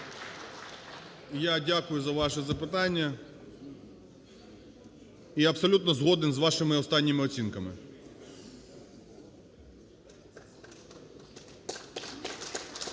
Я дякую за ваше запитання. Я абсолютно згоден з вашими останнім оцінками.